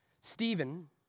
Stephen